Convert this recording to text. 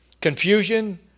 confusion